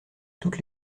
toutes